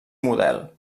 model